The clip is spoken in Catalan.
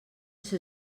ser